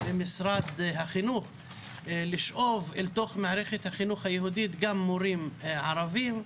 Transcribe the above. במשרד החינוך לשאוב אל תוך מערכת החינוך היהודית גם מורים ערבים.